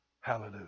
Hallelujah